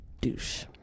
douche